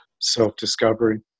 self-discovery